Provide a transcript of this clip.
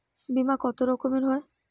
বিমা কত রকমের হয়?